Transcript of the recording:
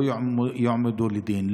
לא יועמדו לדין,